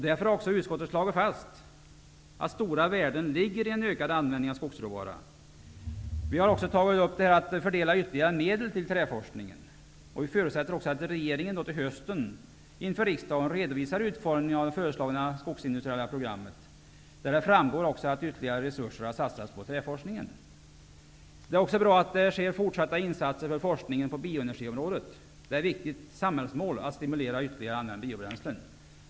Därför har utskottet slagit fast att stora värden ligger i en ökad användning av skogsråvara. Vi har också tagit upp att man bör fördela ytterligare medel till träforskningen. Vi förutsätter också att regeringen till hösten för riksdagen redovisar utformningen av det föreslagna skogsindustriella forskningsprogrammet, där det framgår att ytterligare resurser satsats på bl.a. träforskningen. Det är bra att det också sker fortsatta insatser för forskningen på bioenergiområdet. Det är ett viktigt samhällsmål att stimulera till ytterligare användning av biobränsle.